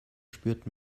spürt